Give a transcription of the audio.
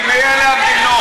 מי הן המדינות?